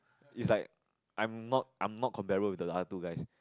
it's like I'm not I'm not comparable the other two guys